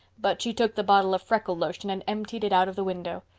but she took the bottle of freckle lotion and emptied it out of the window.